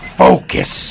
focus